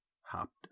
hopped